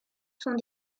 sont